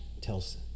tells